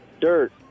Dirt